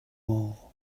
all